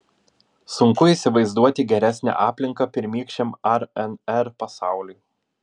sunku įsivaizduoti geresnę aplinką pirmykščiam rnr pasauliui